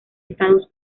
estados